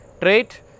trait